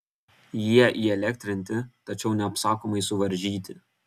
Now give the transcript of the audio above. jie įelektrinti tačiau neapsakomai suvaržyti